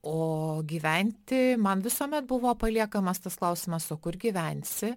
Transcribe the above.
o gyventi man visuomet buvo paliekamas tas klausimas o kur gyvensi